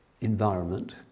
environment